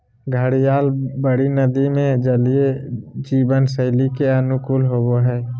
घड़ियाल बड़ी नदि में जलीय जीवन शैली के अनुकूल होबो हइ